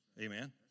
Amen